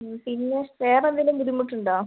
പിന്നെ വേറെ എന്തെങ്കിലും ബുദ്ധിമുട്ടുണ്ടോ